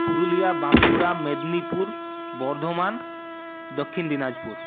Purulia Bankura Medinipur Bardhaman Dakshin Dinajpur